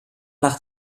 nach